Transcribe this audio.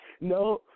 No